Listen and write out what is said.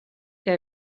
que